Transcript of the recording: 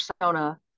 persona